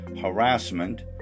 harassment